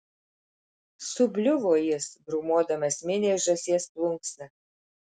subliuvo jis grūmodamas miniai žąsies plunksna